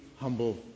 humble